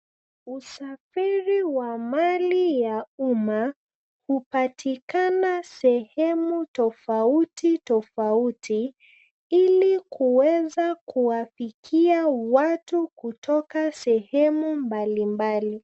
Usafiri wa mali ya umma hupatikana sehemu tofauti tofauti ili kuweza kuwafikia watu kutoka sehemu mbalimbali.